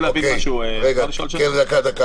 חבר הכנסת קושניר, בבקשה.